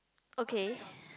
okay